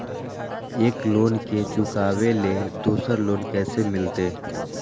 एक लोन के चुकाबे ले दोसर लोन कैसे मिलते?